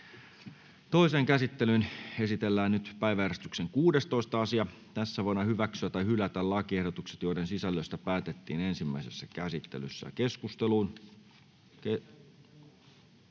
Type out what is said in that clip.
Toiseen käsittelyyn esitellään päiväjärjestyksen 10. asia. Nyt voidaan hyväksyä tai hylätä lakiehdotukset, joiden sisällöstä päätettiin ensimmäisessä käsittelyssä.